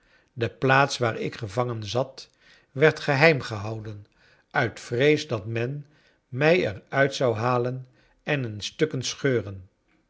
de plaats waar ik gevangen zat werd geheim gehouden uit vrees dat men mij er uit zou halen en in stukken scheuren